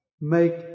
make